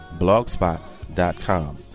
blogspot.com